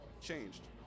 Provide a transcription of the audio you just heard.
changed